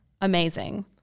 amazing